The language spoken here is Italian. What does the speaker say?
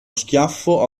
schiaffo